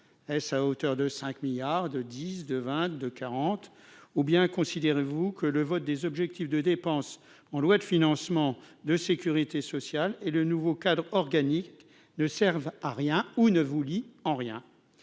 et ça à hauteur de 5 milliards de 10 de 20 de quarante ou bien considérez-vous que le vote des objectifs de dépenses en loi de financement de sécurité sociale et le nouveau cadre organique ne Servent à rien ou ne vous lie en rien